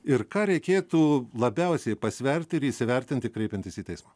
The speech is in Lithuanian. ir ką reikėtų labiausiai pasverti ir įsivertinti kreipiantis į teismą